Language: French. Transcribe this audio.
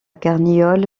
carniole